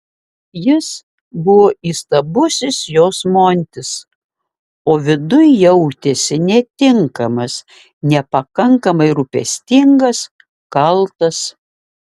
jis buvo įstabusis jos montis o viduj jautėsi netinkamas nepakankamai rūpestingas kaltas